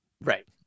Right